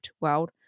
world